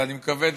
ואני מקווה,